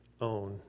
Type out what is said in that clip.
own